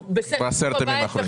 בעשרת הימים האחרונים.